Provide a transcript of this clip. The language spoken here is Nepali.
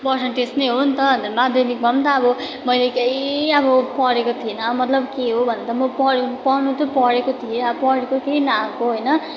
पर्सनटेज नै हो नि त अन्त माध्यमिकमा पनि त अब मैले केही अब पढेको थिइनँ मतलब के हो भने म पढ्नु चाहिँ पढेको थिए अब पढेको केही नआएको होइन